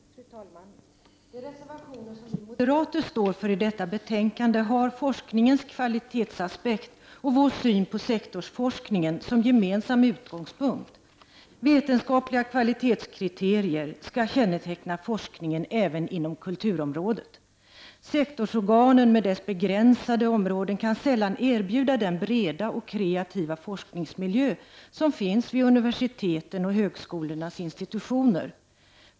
Fru talman! De reservationer som vi moderater står för i detta betänkande har forskningens kvalitetsaspekt och vår syn på sektorsforskningen som gemensam utgångspunkt. Vetenskapliga kvalitetskriterier skall känneteckna forskningen även inom kulturområdet. Sektorsorganen med deras begränsade områden kan sällan erbjuda den breda och kreativa forskningsmiljö som finns vid universiteten och vid högskolornas institutioner.